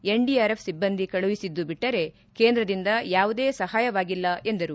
NDRF ಸಿಬ್ಲಂದಿ ಕಳುಹಿಸಿದ್ದು ಬಿಟ್ಟರೆ ಕೇಂದ್ರದಿಂದ ಯಾವುದೇ ಸಹಾಯವಾಗಿಲ್ಲ ಎಂದರು